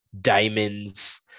diamonds